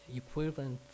equivalent